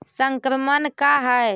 संक्रमण का है?